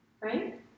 right